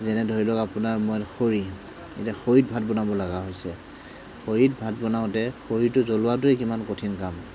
যেনে ধৰি লওঁক আপোনাৰ মই খৰিত এতিয়া খৰিত ভাত বনাব লগা হৈছে খৰিত ভাত বনাওঁতে খৰিটো জ্বলোৱাটোৱে কিমান কঠিন কাম